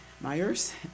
Myers